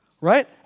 right